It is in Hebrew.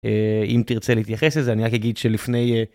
אם תרצה להתייחס לזה אני רק אגיד שלפני...